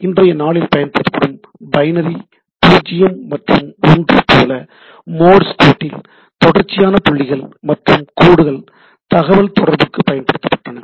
இன்றைய நாளில் பயன்படுத்தும் பைனரி பூஜ்ஜியம் மற்றும் ஒன்று போல மோர்ஸ் கோடில் தொடர்ச்சியான புள்ளிகள் மற்றும் கோடுகள் தகவல் தொடர்புக்கு பயன்படுத்தப்பட்டன